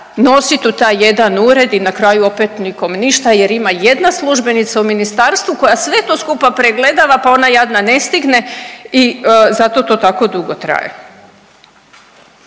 nosit u taj jedan ured i na kraju opet, nikom ništa jer ima jedna službenica u Ministarstvu koja sve to skupa pregledava pa ona jadna ne stigne i zato to tako dugo traje.